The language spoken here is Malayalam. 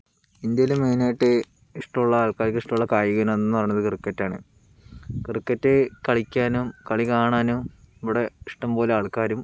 ഇന്ത്യയിൽ മെയിനായിട്ട് ഇഷ്ടമുള്ള ആൾക്കാർക്ക് ഇഷ്ടമുള്ള കായിക ഇനം എന്ന് പറയുന്നത് ക്രിക്കറ്റാണ് ക്രിക്കറ്റ് കളിയ്ക്കാനും കളി കാണാനും ഇവിടെ ഇഷ്ടം പോലെ ആൾക്കാരും